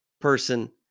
person